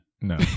No